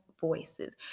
voices